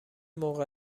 موقع